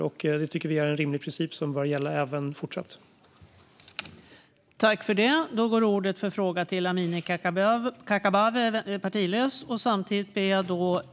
Detta tycker vi är en rimlig princip som bör gälla även fortsättningsvis.